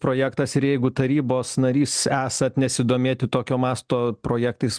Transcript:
projektas ir jeigu tarybos narys esat nesidomėti tokio masto projektais